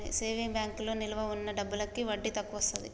saving బ్యాంకులో నిలవ ఉన్న డబ్బులకి వడ్డీ తక్కువొస్తది